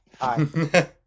hi